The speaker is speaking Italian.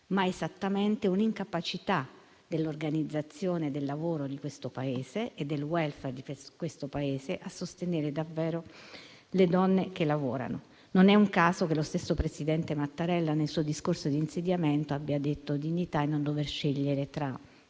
ma è un'incapacità dell'organizzazione del lavoro e del *welfare* di questo Paese a sostenere davvero le donne che lavorano. Non è un caso che lo stesso presidente Mattarella nel suo discorso di insediamento abbia detto: «Dignità è non dover essere